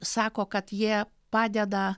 sako kad jie padeda